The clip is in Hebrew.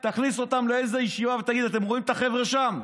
תכניס אותם לאיזו ישיבה ותגיד: אתם רואים את החבר'ה שם,